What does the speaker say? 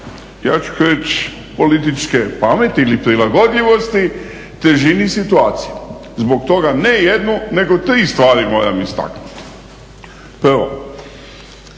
ja ću reći političke pameti ili prilagodljivosti težini situacije. Zbog toga ne jednu nego tri stvari moram istaknuti. Prvo